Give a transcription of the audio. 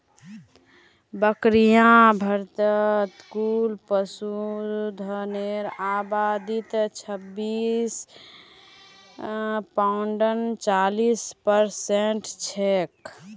बकरियां भारतत कुल पशुधनेर आबादीत छब्बीस पॉइंट चालीस परसेंट छेक